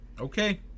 Okay